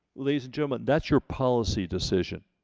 ladies and gentlemen, that's your policy decision.